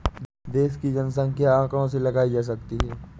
देश की जनसंख्या आंकड़ों से लगाई जा सकती है